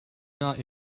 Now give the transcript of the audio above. not